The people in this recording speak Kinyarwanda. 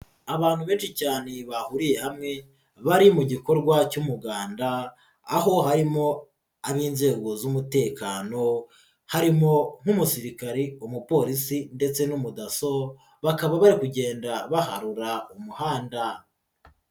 Abantu benshi cyane bahuriye hamwe bari mu gikorwa cy'umuganda aho harimo ab'inzego z'umutekano, harimo nk'umusirikari, umupolisi ndetse n'umudaso bakaba bari kugenda baharura umuhanda.